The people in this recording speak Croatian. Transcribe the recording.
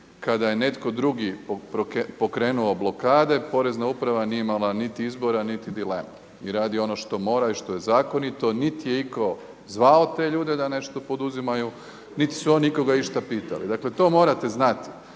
kada je netko drugi pokrenuo blokade Porezna uprava nije imala niti izbora, niti dileme i radi ono što mora i što je zakonito, niti je iko zvao te ljude da nešto poduzimaju, niti su oni nikoga išta pitali, dakle to morate znati.